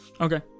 Okay